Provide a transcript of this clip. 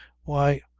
why,